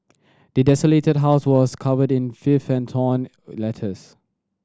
the desolated house was covered in filth and torn letters